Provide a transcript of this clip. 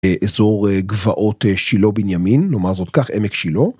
אזור גבעות שילו בנימין נאמר זאת כך עמק שילו.